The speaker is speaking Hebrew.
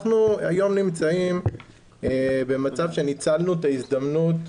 אנחנו היום נמצאים במצב שניצלנו את ההזדמנות,